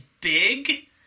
big